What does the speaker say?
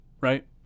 Right